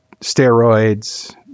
steroids